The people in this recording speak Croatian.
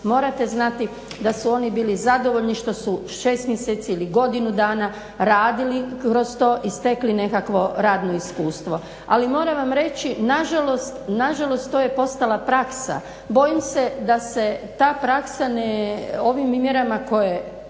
morate znati da su oni bili zadovoljni što su 6 mjeseci ili godinu dana radili kroz to i stekli nekakvo radno iskustvo. Ali moram vam reći nažalost to je postala praksa. Bojim se da se ta praksa ovim mjerama koje